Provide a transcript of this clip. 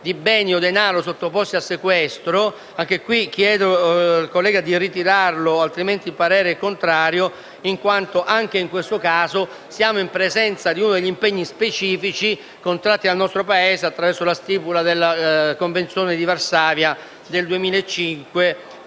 di beni o denaro sottoposti a sequestro, chiedo al collega di ritirarlo, altrimenti esprimo parere è contrario. Pure in questo caso, infatti, siamo in presenza di uno degli impegni specifici contratti dal nostro Paese attraverso la stipula della Convenzione di Varsavia del 2005